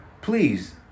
Please